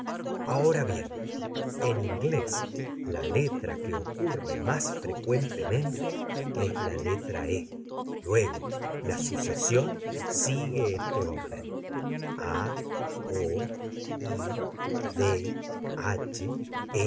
ahora bien en inglés la letra que ocurre más frecuentemente es la e luego la sucesión sigue este orden a o i d h